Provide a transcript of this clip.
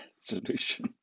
solution